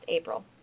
April